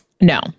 no